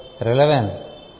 relevance